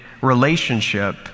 relationship